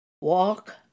Walk